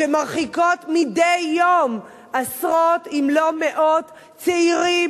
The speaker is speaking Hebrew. שמרחיקות מדי יום עשרות אם לא מאות צעירים